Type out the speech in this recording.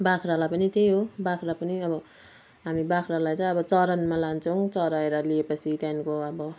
बाख्रालाई पनि त्यही हो बाख्रा पनि अब हामी बाख्रालाई चाहिँ अब चरनमा लान्छौँ चराएर ल्याएपछि त्यहाँदेखिनको अब